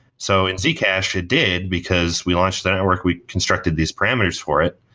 so in zcash, it did because we launched the network, we constructed these parameters for it.